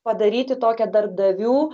padaryti tokią darbdavių